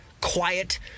quiet